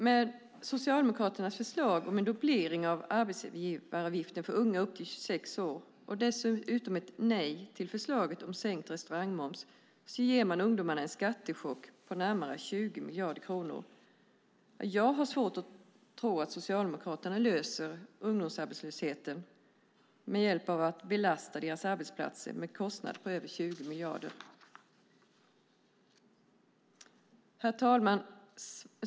Med Socialdemokraternas förslag om en dubblering av arbetsgivaravgiften för unga upp till 26 år och dessutom nej till förslaget om sänkt restaurangmoms ger man ungdomarna en skattechock på 20 miljarder kronor. Jag har svårt att tro att Socialdemokraterna löser ungdomsarbetslösheten genom att belasta ungdomarnas arbetsplatser med kostnader på över 20 miljarder. Herr talman!